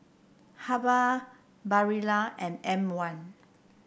Habhal Barilla and M one